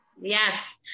Yes